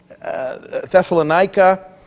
Thessalonica